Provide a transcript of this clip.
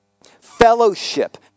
fellowship